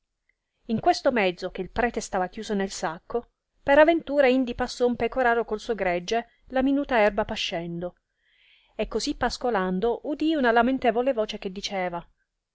in questo mezzo che il prete stava chiuso nel sacco per aventura indi passò un pecoraro col suo gregge la minuta erba pascendo e così pascolando udì una lamentevole voce che diceva